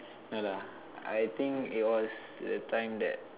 no lah I think it was the time that